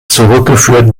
zurückgeführt